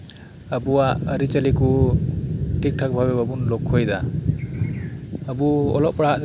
ᱟᱨ ᱟᱵᱩᱣᱟᱜ ᱟᱹᱨᱤᱪᱟᱹᱞᱤᱠᱩ ᱴᱷᱤᱠᱴᱷᱟᱠ ᱵᱷᱟᱵᱮ ᱵᱟᱵᱩᱱ ᱞᱚᱠᱷᱚᱭᱮᱫᱟ